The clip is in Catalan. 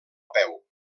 peu